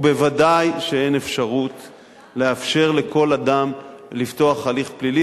וודאי שאין מקום לאפשר לכל אדם לפתוח הליך פלילי.